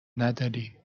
نداری